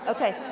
Okay